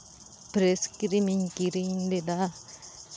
fresh ᱠᱨᱤᱢᱤᱧ ᱠᱤᱨᱤᱧ ᱞᱮᱫᱟ